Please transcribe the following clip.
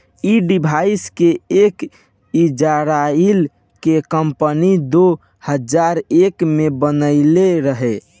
ऐ डिवाइस के एक इजराइल के कम्पनी दो हजार एक में बनाइले रहे